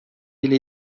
ile